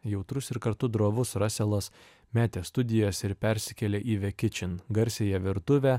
jautrus ir kartu drovus raselas metė studijas ir persikėlė į ve kičin garsiąją virtuvę